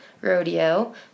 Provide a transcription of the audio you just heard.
Rodeo